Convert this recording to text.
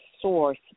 source